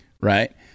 Right